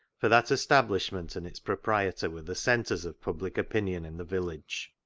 for that establishment and its proprietor were the centres of public opinion in the village.